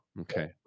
Okay